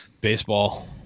baseball